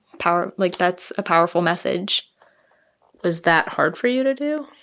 power like, that's a powerful message was that hard for you to do?